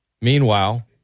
Meanwhile